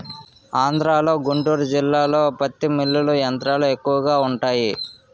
ఆంధ్రలో గుంటూరు జిల్లాలో పత్తి మిల్లులు యంత్రాలు ఎక్కువగా వుంటాయి